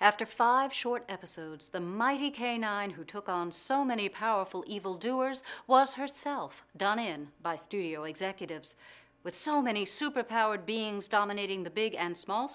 after five short episodes the mighty canine who took on so many powerful evil doers was herself done in by studio executives with so many superpowered beings dominating the big and small